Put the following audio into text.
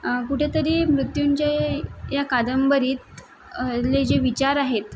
कुठेतरी मृत्युंजय या कादंबरीतले जे विचार आहेत